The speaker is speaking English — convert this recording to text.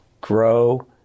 grow